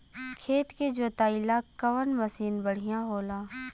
खेत के जोतईला कवन मसीन बढ़ियां होला?